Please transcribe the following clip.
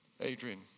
Adrian